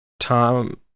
Tom